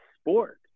sport